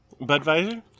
Budweiser